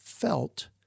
felt